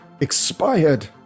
expired